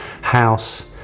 house